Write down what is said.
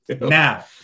Now